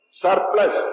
surplus